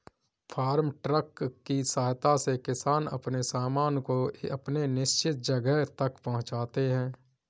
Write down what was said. farm truck की सहायता से किसान अपने सामान को अपने निश्चित जगह तक पहुंचाते हैं